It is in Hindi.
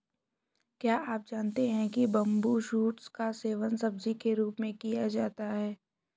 क्या आप जानते है बम्बू शूट्स का सेवन सब्जी के रूप में किया जा सकता है?